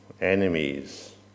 enemies